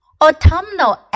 Autumnal